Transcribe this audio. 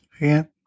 again